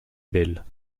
belle